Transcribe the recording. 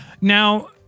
Now